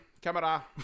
Camera